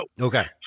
Okay